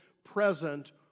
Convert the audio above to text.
present